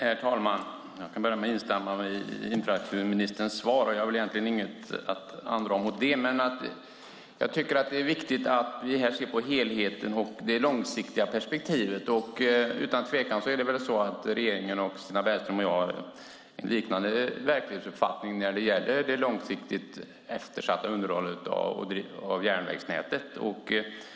Herr talman! Jag kan börja med att instämma i infrastrukturministerns svar. Jag har väl egentligen inget att andra mot det. Jag tycker dock att det är viktigt att vi här ser på helheten och det långsiktiga perspektivet. Utan tvekan är det så att regeringen, Stina Bergström och jag har en liknande verklighetsuppfattning när det gäller det långsiktigt eftersatta underhållet av järnvägsnätet.